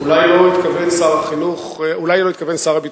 בשמחה רבה.